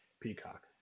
Peacock